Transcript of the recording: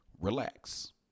relax